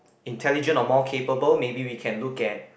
intelligent or more capable maybe we can look at